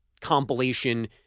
compilation